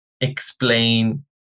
explain